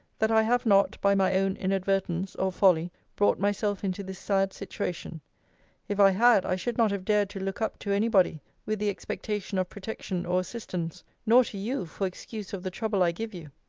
that i have not, by my own inadvertence or folly, brought myself into this sad situation if i had, i should not have dared to look up to any body with the expectation of protection or assistance, nor to you for excuse of the trouble i give you.